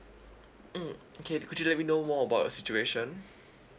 mm okay could you let me know more about the situation